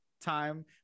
time